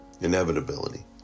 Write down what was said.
inevitability